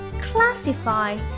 classify